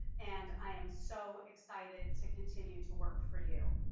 and i am so excited to continue to work for you.